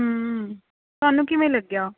ਤੁਹਾਨੂੰ ਕਿਵੇਂ ਲੱਗਿਆ